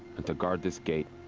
and to guard this gate.